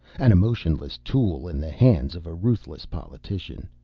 an emotionless tool in the hands of a ruthless politician.